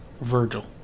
Virgil